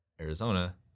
Arizona